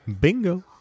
Bingo